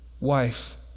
wife